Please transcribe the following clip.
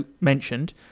mentioned